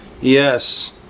Yes